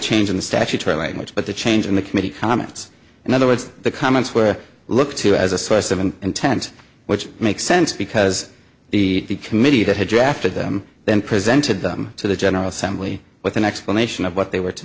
change in the statutory language but the change in the committee comments in other words the comments were looked to as a source of an intent which makes sense because the committee that had drafted them then presented them to the general assembly with an explanation of what they were to